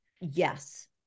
Yes